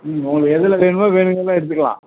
ம் உங்களுக்கு எதில் வேணுமோ வேணுங்கிறத எடுத்துக்கலாம்